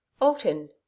alton